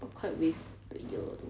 !wah! quite waste the year